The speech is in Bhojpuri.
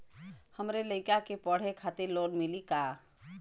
हमरे लयिका के पढ़े खातिर लोन मिलि का?